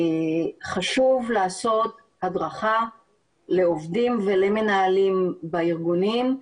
חשוב לעשות הדרכה לעובדים ולמנהלים בארגונים,